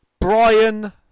Brian